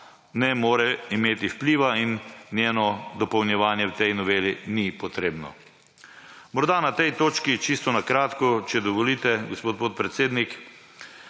ne more imeti vpliva in njeno dopolnjevanje v tej noveli ni potrebno. Morda na tej točki čisto na kratko, če dovolite, gospod podpredsednik,